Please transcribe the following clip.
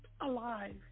alive